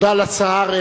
תודה לשר.